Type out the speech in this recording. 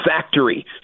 factory